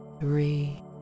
three